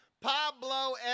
Pablo